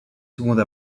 secondes